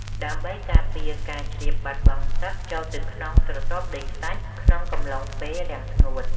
ដើម្បីការពារការជ្រាបបាត់បង់ទឹកចូលទៅក្នុងស្រទាប់ដីខ្សាច់ក្នុងកំឡុងពេលរាំងស្ងួត។